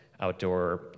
outdoor